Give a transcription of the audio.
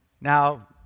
Now